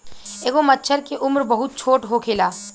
एगो मछर के उम्र बहुत छोट होखेला